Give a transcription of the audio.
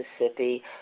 Mississippi